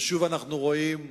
ושוב אנחנו רואים בני-אדם,